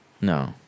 No